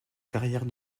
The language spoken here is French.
carrière